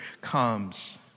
comes